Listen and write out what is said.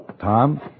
Tom